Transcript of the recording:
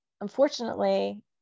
Unfortunately